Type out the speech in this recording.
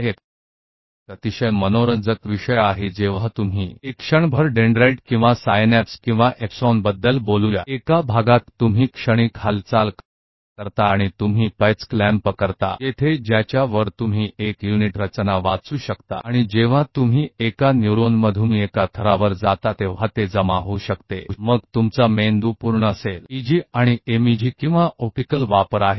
एक बहुत ही रोचक विषय जब आप बात करते हैं कि एक डेन्ड्राइट या एक अंतर ग्रंथन के माध्यम से या ट्यूमर के माध्यम से जो नुकसानदिखाया था और उससे जो शारीरिक कमियां उनके कार्यों को करने के लिए आ जाती हैं वह सब फिनीस गेज से संबंधित होती है